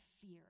fear